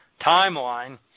timeline